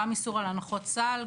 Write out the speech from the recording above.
גם איסור על הנחות סל,